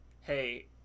hey